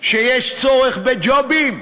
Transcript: שיש צורך בג'ובים?